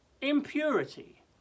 impurity